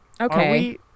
okay